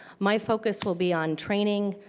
my focus will be on training,